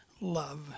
Love